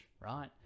right